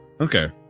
okay